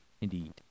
Indeed